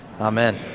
Amen